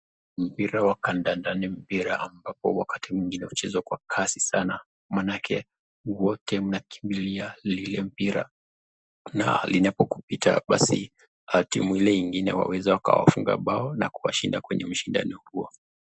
Mpira wa kandanda ni mpira ambapo wakati mwingine uchezwa kwa Kasi sana. Manake wote mnakimbilia lile mpira na linapo kupita basi timu Ile ingine waweza waka wafunga bao na kuwashinda kwenye ushindani huo.